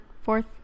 fourth